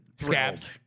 Scabs